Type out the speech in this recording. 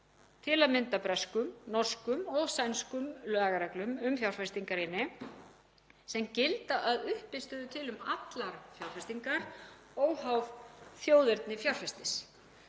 til að mynda breskum, norskum og sænskum lagareglum um fjárfestingarýni sem gilda að uppistöðu til um allar fjárfestingar óháð þjóðerni fjárfestis.